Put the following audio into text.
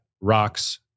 rocks